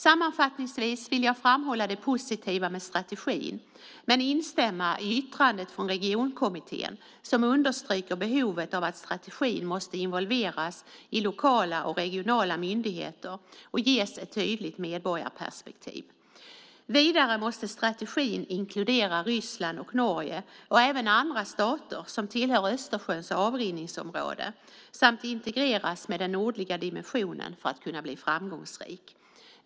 Sammanfattningsvis vill jag framhålla det positiva med strategin men instämma i yttrandet från regionkommittén som understryker behovet av att strategin måste involveras i lokala och regionala myndigheter och ges ett tydligt medborgarperspektiv. Vidare måste strategin inkludera Ryssland och Norge och även andra stater som tillhör Östersjöns avrinningsområde samt integreras med den nordliga dimensionen för att kunna bli framgångsrik.